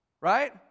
right